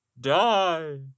die